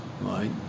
Right